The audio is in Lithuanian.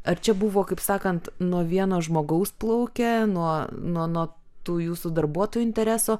ar čia buvo kaip sakant nuo vieno žmogaus plaukia nuo nuo nuo tų jūsų darbuotojų intereso